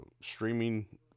streaming